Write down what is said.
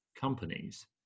companies